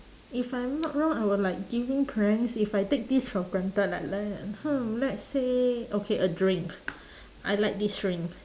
if I'm not wrong I would like give in pranks if I take this for granted like like hmm let's say okay a drink I like this drink